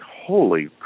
holy